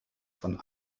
von